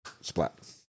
splat